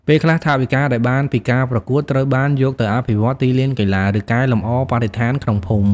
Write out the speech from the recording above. ពេលខ្លះ ថវិកាដែលបានពីការប្រកួតត្រូវបានយកទៅអភិវឌ្ឍទីលានកីឡា ឬកែលម្អបរិស្ថានក្នុងភូមិ។